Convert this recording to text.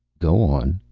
go on.